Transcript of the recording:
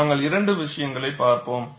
நாங்கள் இரண்டு விஷயங்களைப் பார்ப்போம்